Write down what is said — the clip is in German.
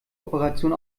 operation